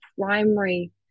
primary